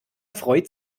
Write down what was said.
freut